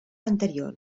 anterior